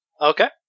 Okay